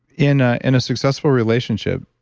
in ah in a successful relationship,